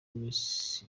miss